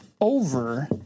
over